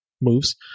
moves